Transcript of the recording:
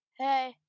hey